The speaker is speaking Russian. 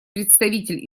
представитель